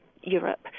Europe